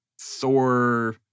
thor